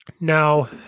Now